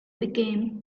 became